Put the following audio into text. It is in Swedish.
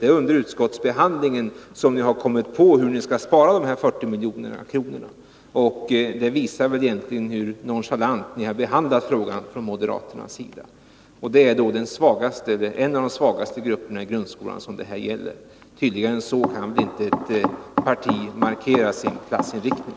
Det är först under utskottsbehandlingen som ni kommit på hur ni skall spara dessa 40 milj.kr. Det visar egentligen hur nonchalant moderaterna behandlat frågan. Det är ändå en av de svagaste grupperna i grundskolan som det här gäller. Tydligare än så kan väl inte ett parti markera sin klassinriktning.